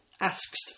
asks